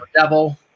Devil